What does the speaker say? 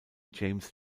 james